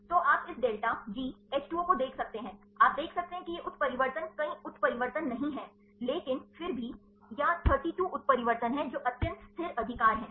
तो आप इस डेल्टा GH 2 O को देख सकते हैं आप देख सकते हैं कि ये उत्परिवर्तन कई उत्परिवर्तन नहीं हैं लेकिन फिर भी या 32 उत्परिवर्तन हैं जो अत्यंत स्थिर अधिकार हैं